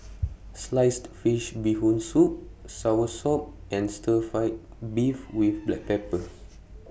Sliced Fish Bee Hoon Soup Soursop and Stir Fried Beef with Black Pepper